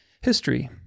History